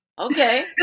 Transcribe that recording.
okay